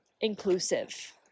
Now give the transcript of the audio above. inclusive